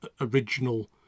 original